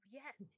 yes